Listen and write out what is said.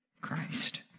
Christ